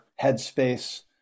headspace